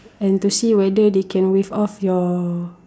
and to see whether they can waive off your